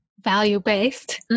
value-based